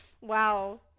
wow